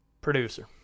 producer